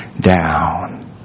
down